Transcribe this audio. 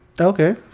Okay